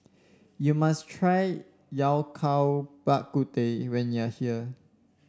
you must try Yao Cai Bak Kut Teh when you are here